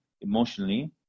emotionally